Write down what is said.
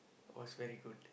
was very good